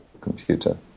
computer